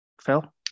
Phil